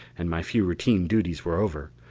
and my few routine duties were over,